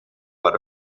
what